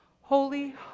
holy